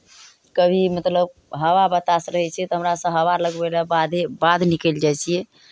कभी मतलब हवा बसात रहै छै तऽ हमरासभ हवा लगबै लए बाधे बाध निकलि जाइ छियै